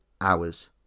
hours